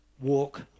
walk